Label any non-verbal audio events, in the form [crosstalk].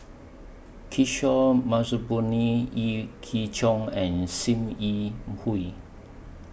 Kishore Mahbubani Yee [unintelligible] Jong and SIM Yi Hui